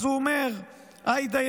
אז הוא אומר: "עאידה,